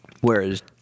whereas